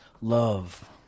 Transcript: Love